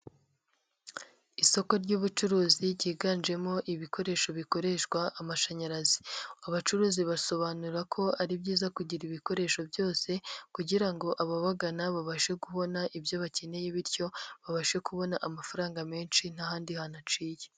Isoko ry'ubucuruzi ryiganjemo ibikoresho bikoreshwa amashanyarazi, abacuruzi basobanura ko ari byiza kugira ibikoresho byose kugira ngo ababagana babashe kubona ibyo bakeneye bityo babashe kubona amafaranga menshi nt'ahandi hantu aciye.